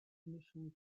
initially